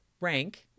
Rank